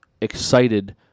excited